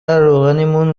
روغنمون